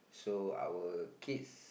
so our kids